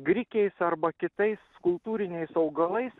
grikiais arba kitais kultūriniais augalais